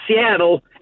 Seattle